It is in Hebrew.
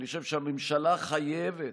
אני חושב שהממשלה חייבת,